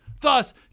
Thus